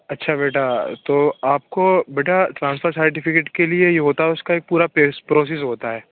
اچھا بیٹا تو آپ کو بیٹا ٹرانسفر سارٹیفکیٹ کے لیے یہ ہوتا ہے اُس کا ایک پورا پروسیس ہوتا ہے